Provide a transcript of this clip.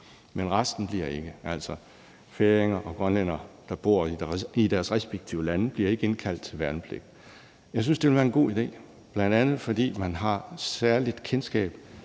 at resten ikke bliver det. Altså, færinger og grønlændere, der bor i deres respektive lande, bliver ikke indkaldt til værnepligt. Jeg synes, det ville være en god idé, bl.a. fordi man har et særligt kendskab